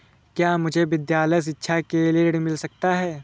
क्या मुझे विद्यालय शिक्षा के लिए ऋण मिल सकता है?